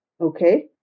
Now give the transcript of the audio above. Okay